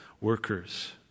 workers